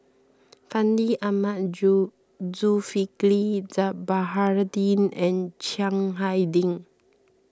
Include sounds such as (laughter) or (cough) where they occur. Fandi Ahmad (unintelligible) Zulkifli Baharudin and Chiang Hai Ding